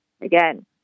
Again